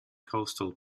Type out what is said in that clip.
coastal